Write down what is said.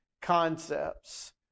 concepts